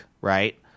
right